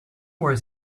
was